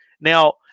Now